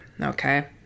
okay